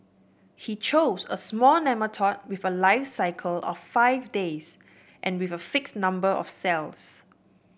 he chose a small nematode with a life cycle of five days and with a fixed number of cells